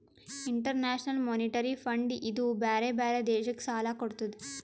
international monetary fund ಇದೂ ಬ್ಯಾರೆ ಬ್ಯಾರೆ ದೇಶಕ್ ಸಾಲಾ ಕೊಡ್ತುದ್